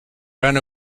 ran